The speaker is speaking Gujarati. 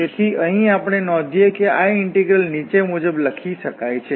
તેથી અહીં આપણે નોધીએ કે આ ઇન્ટિગ્રલ નીચે મુજબ લખી શકાય છે